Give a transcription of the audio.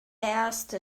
erste